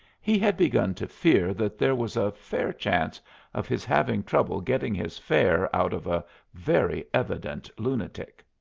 he had begun to fear that there was a fair chance of his having trouble getting his fare out of a very evident lunatic.